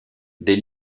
des